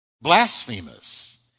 blasphemous